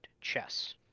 chess